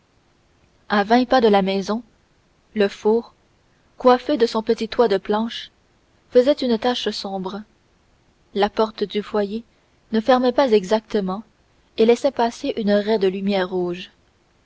à vingt pas de la maison le four coiffé de son petit toit de planches faisait une tache sombre la porte du foyer ne fermait pas exactement et laissait passer une raie de lumière rouge